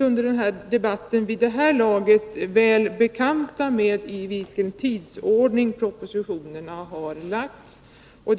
under debatten vid det här laget vara väl bekanta med i vilken tidsordning propositionerna har lagts fram.